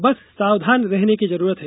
बस सावधान रहने की जरूरत है